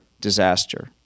disaster